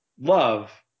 love